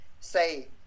say